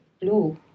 blue